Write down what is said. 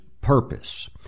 purpose